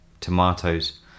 tomatoes